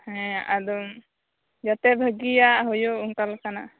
ᱦᱮᱸ ᱟᱫᱚᱢ ᱡᱟᱛᱮ ᱵᱷᱟᱜᱤᱭᱟᱜ ᱦᱩᱭᱩᱜ ᱚᱱᱠᱟ ᱞᱮᱠᱟᱱᱟᱜ